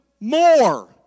more